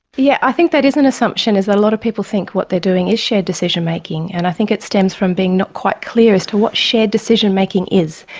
yeah i think that is an assumption, a lot of people think what they're doing is shared decision making, and i think it stems from being not quite clear as to what shared decision making is.